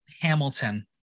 Hamilton